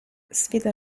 sfida